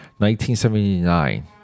1979